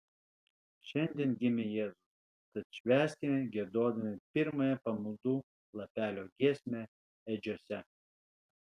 šiandien gimė jėzus tad švęskime giedodami pirmąją pamaldų lapelio giesmę ėdžiose